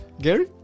Gary